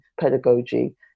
pedagogy